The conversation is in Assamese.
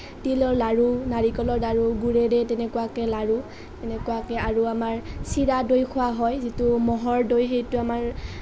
তিলৰ লাড়ু নাৰিকলৰ লাড়ু গুড়েৰে তেনেকুৱাকৈ লাড়ু তেনেকুৱাকৈ আৰু আমাৰ চিৰা দৈ খোৱা হয় যিটো মহৰ দৈ সেইটো আমাৰ